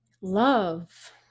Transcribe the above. love